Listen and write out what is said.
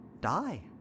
die